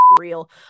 real